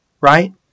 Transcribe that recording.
right